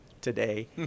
today